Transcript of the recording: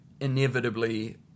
inevitably